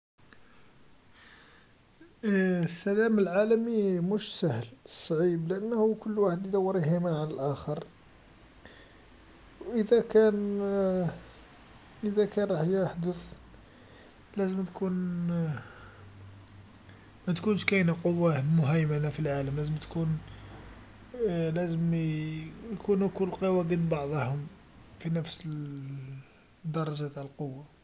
السلام العالمي مش سهل، صعيب لأنه كل واحد يدور يهيمن على الآخر، و إذا كان إذا كان راح يحدث لازم تكون، مالازمش تكون قوى مهيمنه في العالم، لازم تكون لازم ي يكون كل القوى قد بعضاها، في نفس درجه نتع القوى.